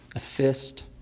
a fist?